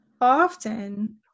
often